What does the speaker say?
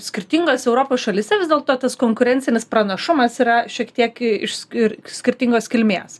skirtingose europos šalyse vis dėlto tas konkurencinis pranašumas yra šiek tiek išskir skirtingos kilmės